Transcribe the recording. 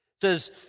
says